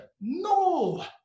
No